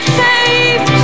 faith